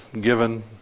given